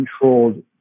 controlled